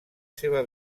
seva